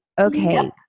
okay